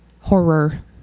Horror